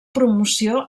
promoció